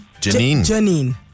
Janine